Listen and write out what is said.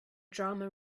drama